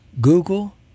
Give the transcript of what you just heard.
Google